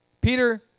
Peter